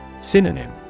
Synonym